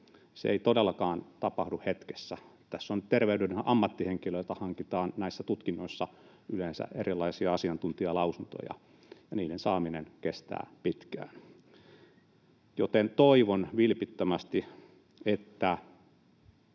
Se ei todellakaan tapahdu hetkessä. Terveydenhuollon ammattihenkilöiltä hankitaan näissä tutkinnoissa yleensä erilaisia asiantuntijalausuntoja, ja niiden saaminen kestää pitkään. Toivon vilpittömästi, että